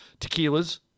tequilas